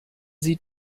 sie